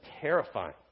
terrifying